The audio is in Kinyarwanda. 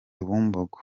bumbogo